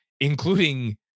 including